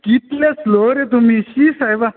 कितले स्लोव रे तुमी शी सायबा